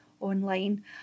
online